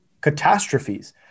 catastrophes